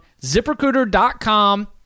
ZipRecruiter.com